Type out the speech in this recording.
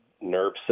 nerve